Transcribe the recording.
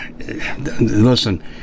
Listen